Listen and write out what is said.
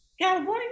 California